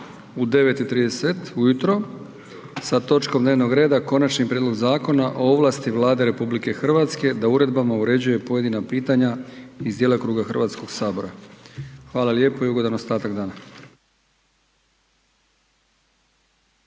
u 9,30 ujutro sa točkom dnevnog reda Konačni prijedlog Zakona o ovlasti Vlade RH da uredbama uređuje pojedina pitanja iz djelokruga Hrvatskoga sabora. Hvala lijepo i ugodan ostatak dana.